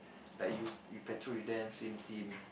like you you patrol with them same team